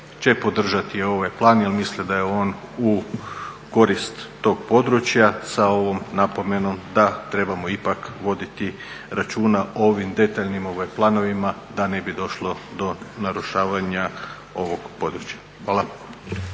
će podržati ovaj plan jer misle da je on u korist tog područja sa ovom napomenom da trebamo ipak voditi računa o ovim detaljnim planovima da ne bi došlo do narušavanja ovog područja. Hvala.